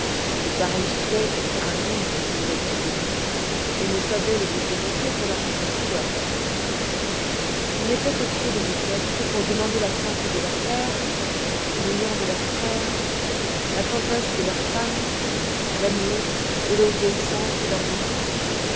de pareils souhaits étoient indignes des heureux troglodytes ils ne savoient les désirer que pour leurs compatriotes ils n'étoient au pied des autels que pour demander la santé de leurs pères l'union de leurs frères la tendresse de leurs femmes l'amour et l'obéissance de leurs enfants